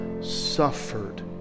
suffered